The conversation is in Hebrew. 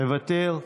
מוותר,